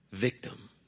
victim